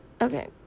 Okay